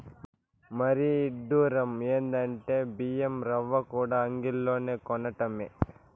మరీ ఇడ్డురం ఎందంటే బియ్యం రవ్వకూడా అంగిల్లోనే కొనటమే